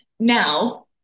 now